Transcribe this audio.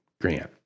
grant